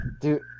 Dude